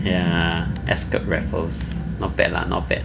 ya ascott raffles not bad lah not bad